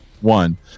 one